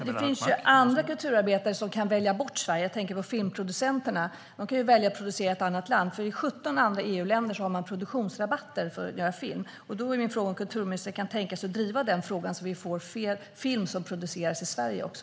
Herr talman! Det finns kulturarbetare som kan välja bort Sverige. Jag tänker på filmproducenterna. De kan välja att producera i ett annat land, för 17 andra EU-länder har produktionsrabatter för att göra film. Kan kulturministern tänka sig att driva den frågan så att det produceras film i Sverige också?